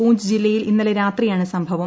പൂഞ്ച് ജില്ലയിൽ ഇന്നലെ രാത്രിയാണ് സംഭവം